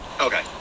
Okay